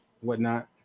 whatnot